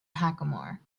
hackamore